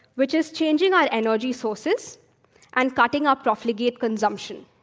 which is changing our energy sources and cutting our profligate consumption.